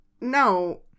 no